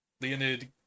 Leonid